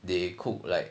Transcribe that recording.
they cook like